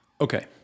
okay